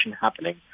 happening